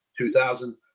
2000